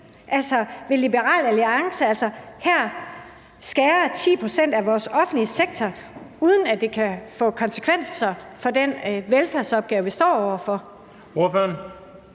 Altså, vil Liberal Alliance skære 10 pct. af vores offentlige sektor, uden at det vil få konsekvenser for den velfærdsopgave, vi står over for?